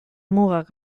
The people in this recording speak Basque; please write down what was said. mugak